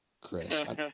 Chris